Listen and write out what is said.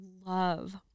love